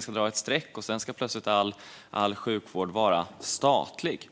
ska dra ett streck och sedan ska all sjukvård plötsligt vara statlig.